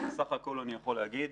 בסך הכול אני יכול להגיד